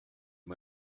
you